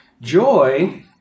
Joy